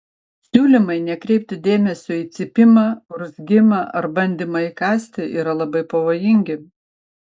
siūlymai nekreipti dėmesio į cypimą urzgimą ar bandymą įkąsti yra labai pavojingi